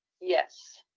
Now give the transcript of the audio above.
yes